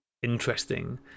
Interesting